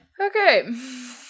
Okay